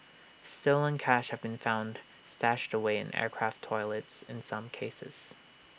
stolen cash have been found stashed away in aircraft toilets in some cases